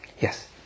Yes